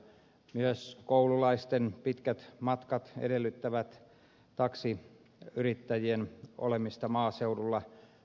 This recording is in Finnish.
myös koululaisten pitkät matkat edellyttävät taksiyrittäjien olemista maaseudulla